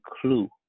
clue